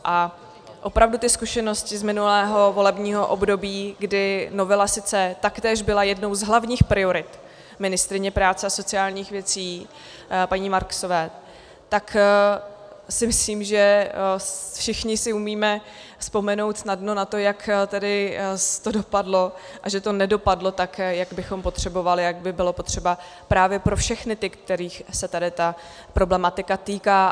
A opravdu zkušenosti z minulého volebního období, kdy novela sice taktéž byla jednou z hlavních priorit ministryně práce a sociálních věcí paní Marksové, tak si myslím, že všichni si umíme vzpomenout snadno na to, jak to tedy dopadlo, a že to nedopadlo tak, jak bychom potřebovali, jak by bylo potřeba právě pro všechny ty, kterých se tady ta problematika týká.